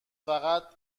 فقط